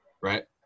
Right